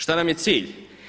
Šta nam je cilj?